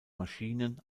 maschinen